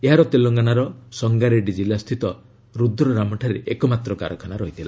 ଏହାର ତେଲଙ୍ଗାନାର ସଙ୍ଗାରେଡ୍ଡୀ କିଲ୍ଲା ସ୍ଥିତ ରୁଦ୍ରରାମଠାରେ ଏକମାତ୍ର କାରଖାନା ଥିଲା